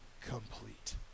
complete